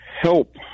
help